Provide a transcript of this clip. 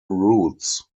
routes